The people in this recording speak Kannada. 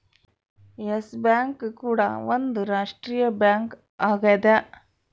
ಎಸ್ ಬ್ಯಾಂಕ್ ಕೂಡ ಒಂದ್ ರಾಷ್ಟ್ರೀಯ ಬ್ಯಾಂಕ್ ಆಗ್ಯದ